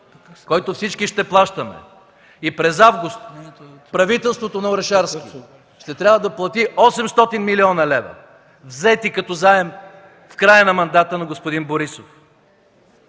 който всички ще плащаме, и през август правителството на Орешарски ще трябва да плати 800 млн. лв., взети като заем в края на мандата на господин Борисов.